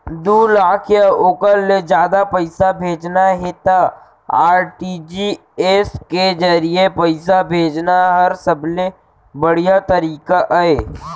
दू लाख या ओकर ले जादा पइसा भेजना हे त आर.टी.जी.एस के जरिए पइसा भेजना हर सबले बड़िहा तरीका अय